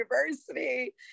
university